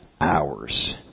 hours